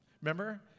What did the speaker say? Remember